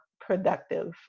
productive